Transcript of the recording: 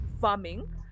farming